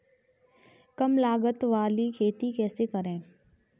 कम लागत वाली खेती कैसे करें?